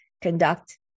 conduct